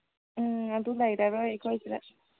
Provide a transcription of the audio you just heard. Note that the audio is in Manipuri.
ꯎꯝ ꯑꯗꯨ ꯂꯩꯔꯔꯣꯏ ꯑꯩꯈꯣꯏ ꯁꯤꯗ